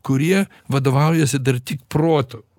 kurie vadovaujasi dar tik protu